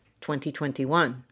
2021